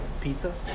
Pizza